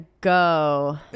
go